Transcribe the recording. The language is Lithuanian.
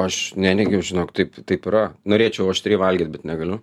aš neneigiau žinok taip taip yra norėčiau aštriai valgyt bet negaliu